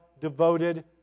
devoted